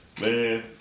man